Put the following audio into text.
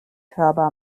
hörbar